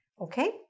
Okay